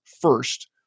first